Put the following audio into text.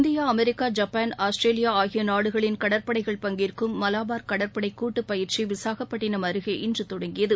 India America Japan Australia ஆகிய நாடுகளின் கடற்படைகள் பங்கேற்கும் மலாபார் கடற்படை பயிற்சி விசாகப்பட்டினம் அருகே இன்று தொடங்கியது